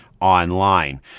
online